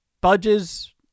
budges